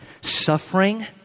Suffering